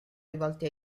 rivolti